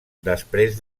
després